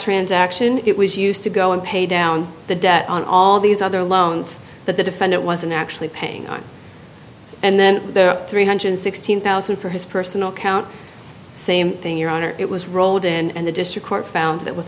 transaction it was used to go and pay down the debt on all these other loans that the defendant wasn't actually paying on and then the three hundred sixteen thousand for his personal account same thing your honor it was rolled and the district court found that w